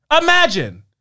Imagine